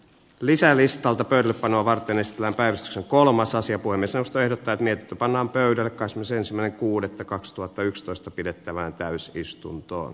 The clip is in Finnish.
lisää listalta pelipanoa varten ei läpäissyt kolmas asia kuin isä ostoehdot täytynee pannaan pöydälle casmiseen sillä kuudetta kaksituhattayksitoista pidettävään täysistuntoon